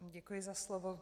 Děkuji za slovo.